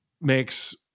makes